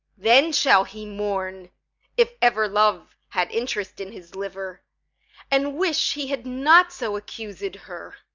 then shall he mourn if ever love had interest in his liver and wish he had not so accused her,